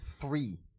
three